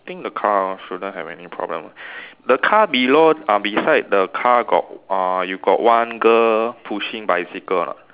I think the car shouldn't have any problem the car below uh beside the car got uh you got one girl pushing bicycle or not